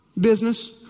business